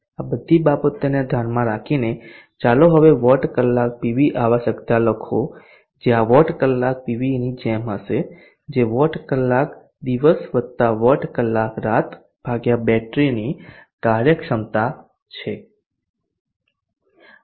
આ બધી બાબતોને ધ્યાનમાં રાખીને ચાલો હવે વોટ કલાક પીવી આવશ્યકતા લખો જે આ વોટ કલાક પીવીની જેમ હશે જે વોટ કલાક દિવસ વતા વોટ કલાક રાત ભાગ્યા બેટરીની કાર્યક્ષમતા છે